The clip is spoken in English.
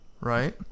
right